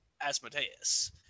Asmodeus